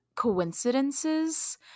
Coincidences